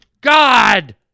God